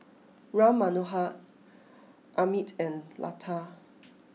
Ram Manohar Amit and Lata